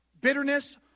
bitterness